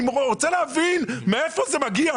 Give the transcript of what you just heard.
אני רוצה להבין מאיפה זה מגיע.